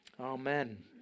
Amen